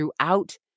throughout